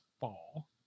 fall